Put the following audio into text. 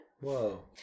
Whoa